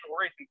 racing